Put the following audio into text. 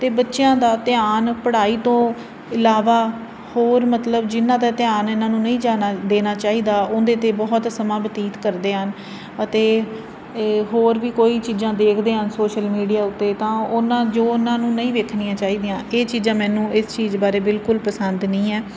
ਅਤੇ ਬੱਚਿਆਂ ਦਾ ਧਿਆਨ ਪੜ੍ਹਾਈ ਤੋਂ ਇਲਾਵਾ ਹੋਰ ਮਤਲਬ ਜਿਹਨਾਂ ਦਾ ਧਿਆਨ ਇਹਨਾਂ ਨੂੰ ਨਹੀਂ ਜਾਣਾ ਦੇਣਾ ਚਾਹੀਦਾ ਉਹਦੇ 'ਤੇ ਬਹੁਤ ਸਮਾਂ ਬਤੀਤ ਕਰਦੇ ਹਨ ਅਤੇ ਇਹ ਹੋਰ ਵੀ ਕੋਈ ਚੀਜ਼ਾਂ ਦੇਖਦੇ ਹਨ ਸੋਸ਼ਲ ਮੀਡੀਆ ਉੱਤੇ ਤਾਂ ਉਹਨਾਂ ਜੋ ਉਹਨਾਂ ਨੂੰ ਨਹੀਂ ਵੇਖਣੀਆਂ ਚਾਹੀਦੀਆਂ ਇਹ ਚੀਜ਼ਾਂ ਮੈਨੂੰ ਇਸ ਚੀਜ਼ ਬਾਰੇ ਬਿਲਕੁਲ ਪਸੰਦ ਨਹੀਂ ਹੈ